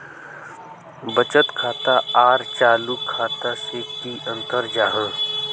बचत खाता आर चालू खाता से की अंतर जाहा?